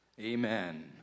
Amen